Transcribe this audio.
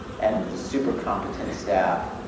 and the super competent staff.